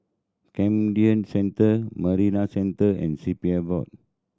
Camden Centre Marina Centre and C P F Board